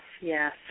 yes